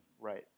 Right